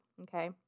Okay